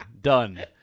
done